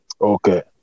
Okay